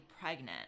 pregnant